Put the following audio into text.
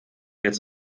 jetzt